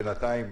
בינתיים,